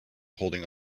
holding